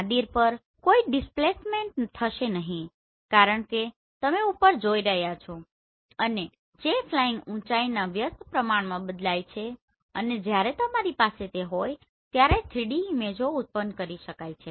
નાદિર પર કોઈ ડીસ્પ્લેસમેંટ થશે નહીં કારણ કે તમે ઉપર જોઈ રહ્યા છો અને જે ફ્લાઈંગ ઉચાઇના વ્યસ્ત પ્રમાણમાં બદલાય છે અને જ્યારે તમારી પાસે તે હોય ત્યારે 3D ઈમેજો ઉત્પન્ન કરી શકાય છે